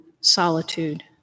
solitude